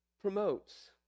promotes